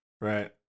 Right